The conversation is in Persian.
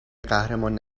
قهرمان